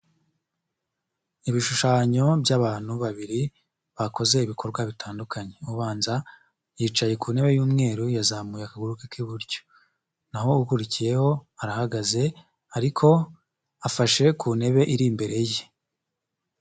Ibishushanyo by'abantu babiri bakoze ibikorwa bitandukanye, ubanza yicaye ku ntebe y'umweru yazamuye akaguru ke k'iburyo naho ukurikiyeho arahagaze ariko afashe ku ntebe iri imbere ye.